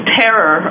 terror